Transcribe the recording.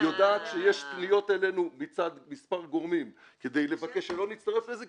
היא יודעת שיש פניות אלינו מצד מספר גורמים כדי לבקש שלא נצטרף לזה,